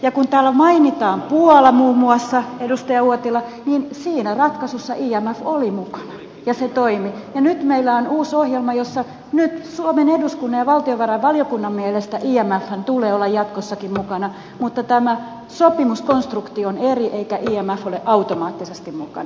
ja kun täällä mainitaan puola muun muassa edustaja uotila niin siinä ratkaisussa imf oli mukana ja se toimi ja nyt meillä on uusi ohjelma jossa nyt suomen eduskunnan ja valtiovarainvaliokunnan mielestä imfn tulee olla jatkossakin mukana mutta tämä sopimuskonstruktio on eri eikä imf ole automaattisesti mukana